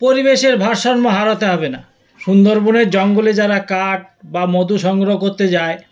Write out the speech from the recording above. পরিবেশের ভারসাম্য হারাতে হবে না সুন্দরবনের জঙ্গলে যারা কাঠ বা মধু সংগ্রহ করতে যায়